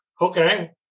okay